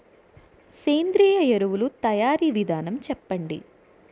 సేంద్రీయ ఎరువుల తయారీ విధానం చెప్పండి?